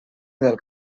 del